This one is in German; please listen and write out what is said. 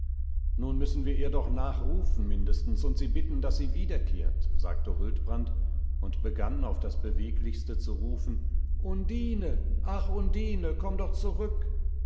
nun müssen wir ihr doch nachrufen mindestens und sie bitten daß sie wiederkehrt sagte huldbrand und begann auf das beweglichste zu rufen undine ach undine komm doch zurück